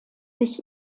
sich